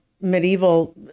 medieval